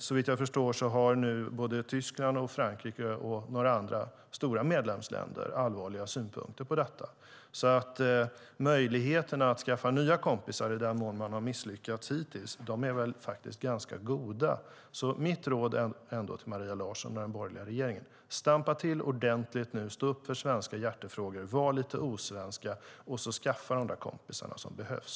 Såvitt jag förstår har både Tyskland, Frankrike och några andra stora medlemsländer allvarliga synpunkter på detta. Möjligheterna att skaffa nya kompisar i den mån man har misslyckats hittills är faktiskt ganska goda. Mitt råd till Maria Larsson och den borgerliga regeringen är ändå: Stampa till ordentligt nu, stå upp för svenska hjärtefrågor, var lite osvenska och skaffa de kompisar som behövs.